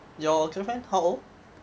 your girlfriend how old